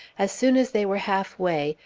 as soon as they were halfway,